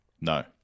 No